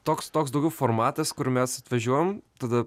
toks toks daugiau formatas kur mes atvažiuojam tada